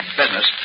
business